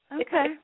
Okay